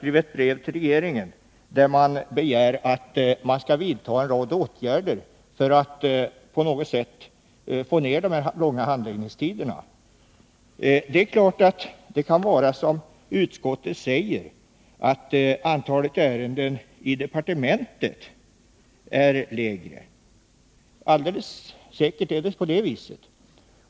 I ett brev till regeringen den 12 augusti har man dessutom begärt åtgärder för att på något sätt minska de långa handläggningstiderna. Det är klart att det kan vara som utskottet säger, dvs. att antalet ärenden i departementet har minskat. Säkert är det på det viset.